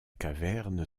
caverne